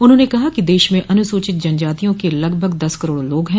उन्होंने कहा कि देश में अनुसूचित जनजातियों के लगभग दस करोड़ लोग हैं